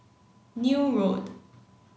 Neil Road